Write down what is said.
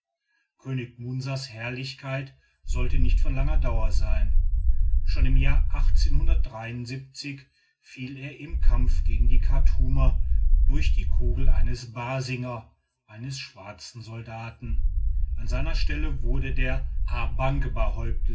könig munsas herrlichkeit sollte nicht von langer dauer sein schon im jahr fiel er im kampf gegen die chartumer durch die kugel eines basinger eines schwarzen soldaten an seiner stelle wurde der